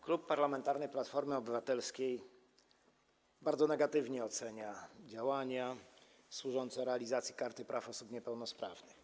Klub Parlamentarny Platforma Obywatelska bardzo negatywnie ocenia działania służące realizacji Karty Praw Osób Niepełnosprawnych.